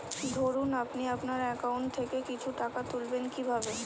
ধরুন আপনি আপনার একাউন্ট থেকে কিছু টাকা তুলবেন কিভাবে?